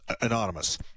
Anonymous